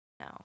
No